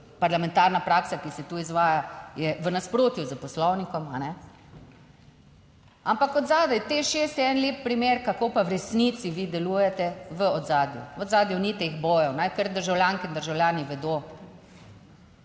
parlamentarna praksa, ki se tu izvaja, je v nasprotju s poslovnikom. Ampak od zadaj Teš6 je en lep primer, kako pa v resnici vi delujete v ozadju, v ozadju ni teh bojev, naj kar državljanke in državljani vedo.